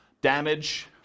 Damage